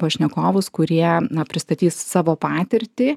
pašnekovus kurie na pristatys savo patirtį